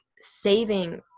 saving